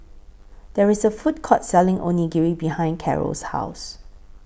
There IS A Food Court Selling Onigiri behind Caro's House